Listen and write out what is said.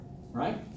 Right